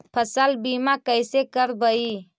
फसल बीमा कैसे करबइ?